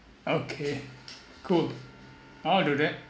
okay cool I'll do that